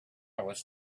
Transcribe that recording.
was